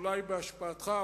אולי בהשפעתך,